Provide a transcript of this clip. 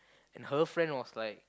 and her friend was like